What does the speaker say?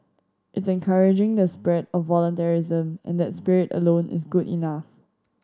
it's encouraging the spread of voluntarism and that spirit alone is good enough